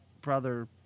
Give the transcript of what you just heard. brother